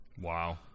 Wow